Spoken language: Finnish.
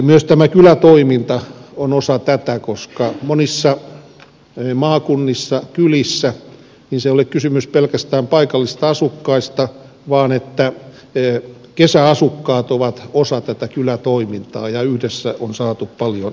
myös kylätoiminta on osa tätä koska maakunnissa monissa kylissä ei ole kysymys pelkästään paikallisista asukkaista vaan siitä että kesäasukkaat ovat osa tätä kylätoimintaa ja yhdessä on saatu paljon aikaan